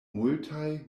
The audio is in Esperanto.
multaj